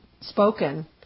spoken